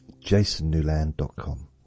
jasonnewland.com